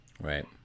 Right